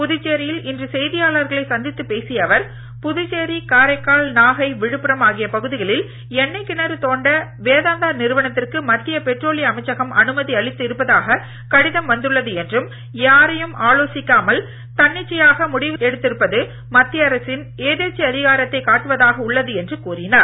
புதுச்சேரியில் இன்று செய்தியாளர்களை சந்தித்துப் பேசிய அவர் புதுச்சேரி காரைக்கால் நாகை விழுப்புரம் ஆகிய பகுதிகளில் எண்ணெய் கிணறு தோண்ட வேதாந்தா நிறுவனத்திற்கு மத்திய பெட்ரோலிய அமைச்சகம் அனுமதி அளித்து இருப்பதாக கடிதம் வந்துள்ளது என்றும் யாரையும் ஆலோசிக்காமல் தன்னிச்சையாக முடிவு எடுத்திருப்பது மத்திய அரசின் எதேச்சதிகாரத்தைக் காட்டுவதாக உள்ளது என்று கூறினார்